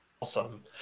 awesome